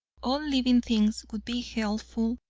all living things would be healthful,